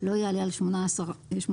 לא יעלה על 18 חודשים.